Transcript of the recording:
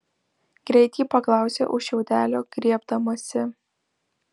greit ji paklausė už šiaudelio griebdamasi